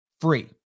free